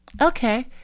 Okay